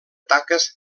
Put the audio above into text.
taques